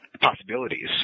possibilities